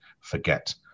forget